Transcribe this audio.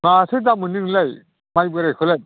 माथो दाम मोननो बेलाय माइ बोरायखौलाय